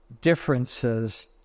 differences